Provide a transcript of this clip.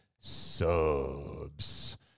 subs